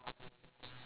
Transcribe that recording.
yes